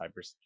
cybersecurity